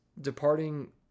departing